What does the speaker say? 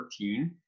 13